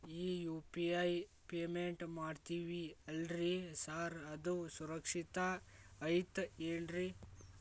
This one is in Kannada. ಈ ಯು.ಪಿ.ಐ ಪೇಮೆಂಟ್ ಮಾಡ್ತೇವಿ ಅಲ್ರಿ ಸಾರ್ ಅದು ಸುರಕ್ಷಿತ್ ಐತ್ ಏನ್ರಿ?